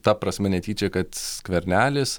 ta prasme netyčia kad skvernelis